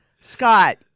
Scott